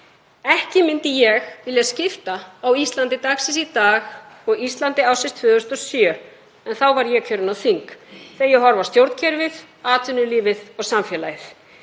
Ekki myndi ég vilja skipta á Íslandi dagsins í dag og Íslandi ársins 2007, en þá var ég kjörin á þing, þegar ég horfi á stjórnkerfið, atvinnulífið og samfélagið.